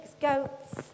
goats